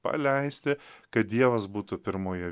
paleisti kad dievas būtų pirmoje